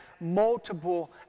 multiple